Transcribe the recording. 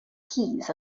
keys